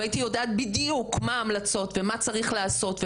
והייתי יודעת בדיוק מה ההמלצות ומה צריך לעשות,